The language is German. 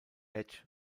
edge